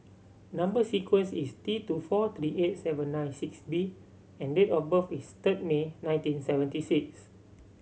number sequence is T two four three eight seven nine six B and date of birth is third May nineteen seventy six